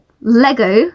Lego